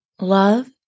love